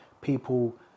people